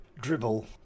dribble